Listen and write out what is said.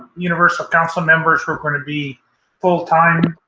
universal council members were going to be full time.